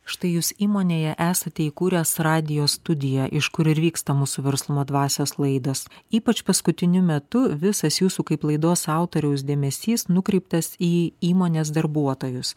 štai jūs įmonėje esate įkūręs radijo studiją iš kur ir vyksta mūsų verslumo dvasios laidos ypač paskutiniu metu visas jūsų kaip laidos autoriaus dėmesys nukreiptas į įmonės darbuotojus